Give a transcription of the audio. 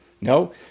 No